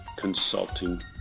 Consulting